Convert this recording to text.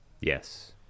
yes